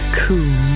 cool